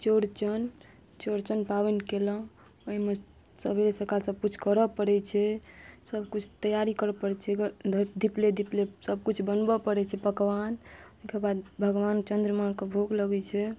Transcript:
चौरचन चौरचन पावनि केलहुॅं ओहिमे सबेरे सकाल सब किछु करऽ पड़ै छै सबकिछु तैयारी करऽ पड़ै छै धीपले धीपले सबकिछु बनबऽ पड़ै छै पकवान ओहिके बाद भगवान चन्द्रमाके भोग लगै छै